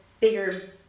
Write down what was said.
bigger